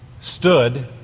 stood